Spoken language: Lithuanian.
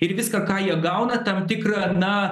ir viską ką jie gauna tam tikrą na